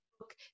look